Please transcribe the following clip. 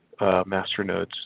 masternodes